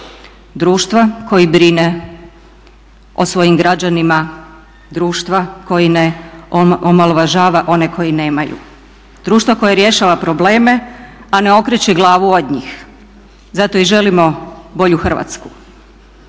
društva koje brine o svojim građanima, društva koji ne omalovažava one koji nemaju, društva koje rješava probleme a ne okreće glavu od njih. Zato i želimo bolju Hrvatsku.